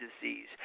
disease